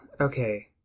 okay